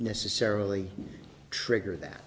necessarily trigger that